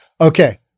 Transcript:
Okay